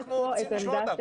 אנחנו רוצים לשמוע אותם.